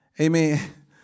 Amen